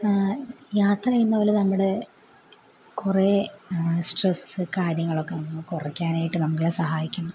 യാത്ര ചെയ്യുന്നത് പോലെ നമ്മുടെ കുറെ സ്ട്രെസ് കാര്യങ്ങളൊക്കെ നമുക്ക് കുറയ്ക്കാനായിട്ട് നമ്മളെ സഹായിക്കും